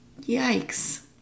Yikes